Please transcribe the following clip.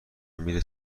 میره